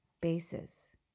basis